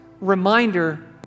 reminder